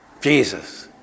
Jesus